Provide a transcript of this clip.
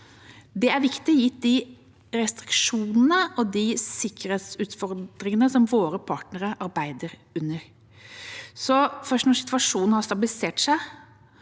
Det er viktig, gitt de restriksjonene og sikkerhetsutfordringene som våre partnere arbeider under. Først når situasjonen har stabilisert seg